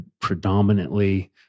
predominantly